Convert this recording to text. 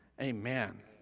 Amen